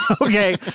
Okay